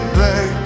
back